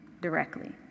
directly